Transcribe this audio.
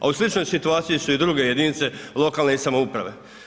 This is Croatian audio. A u sličnoj situaciji su i druge jedinice lokalne i samouprave.